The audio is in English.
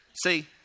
See